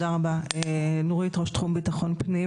לגבי אזרחים אוחזי נשק צבאי יש הוראות פתיחה באש ברורות,